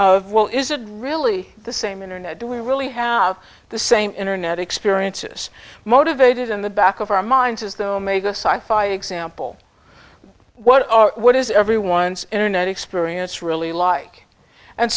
of well is it really the same internet do we really have the same internet experiences motivated in the back of our minds is them a good fight example what are what is everyone's internet experience really like and